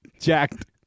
jacked